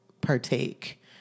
partake